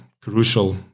crucial